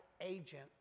agent